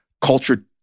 culture